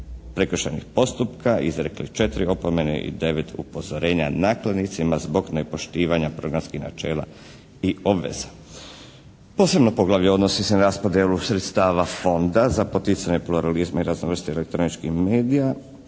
prekršajnih postupka, izrekli 4 opomene i 9 upozorenja nakladnicima zbog nepoštivanja programskih načela i obveza. Posebno poglavlje odnosi se na raspodjelu sredstava fonda za poticanje pluralizma i raznovrst elektroničkih medija